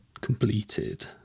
completed